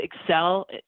excel